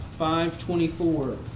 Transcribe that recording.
5.24